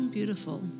Beautiful